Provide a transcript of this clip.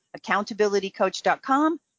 accountabilitycoach.com